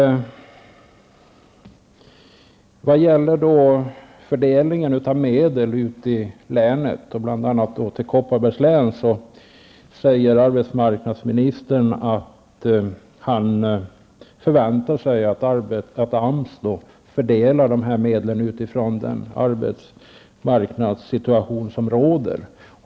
Vad gäller frågan om fördelning av medel till länen, bl.a. till Kopparbergs län, säger arbetsmarknadsministern att han förväntar sig att AMS fördelar pengar med utgångspunkt i den arbetsmarknadssituation som råder.